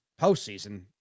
postseason